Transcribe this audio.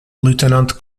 lieutenant